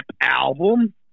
album